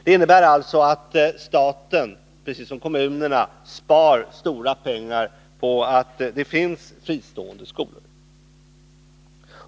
Det innebär att staten, precis som kommunerna, spar stora pengar på att det finns fristående skolor.